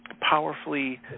powerfully